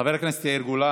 חבר הכנסת יאיר גולן.